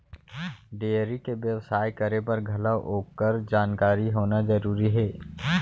dairy के बेवसाय करे बर घलौ ओकर जानकारी होना जरूरी हे